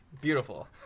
Beautiful